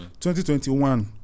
2021